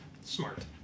Smart